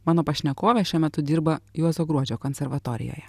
mano pašnekovė šiuo metu dirba juozo gruodžio konservatorijoje